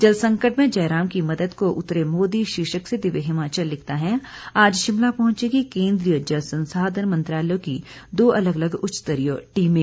जलसंकट में जयराम की मदद को उतरे मोदी शीर्षक से दिव्य हिमाचल लिखता है आज शिमला पहुंचेगी केंद्रीय जल संसाधन मंत्रालय की दो अलग अलग उच्च स्तरीय टीमें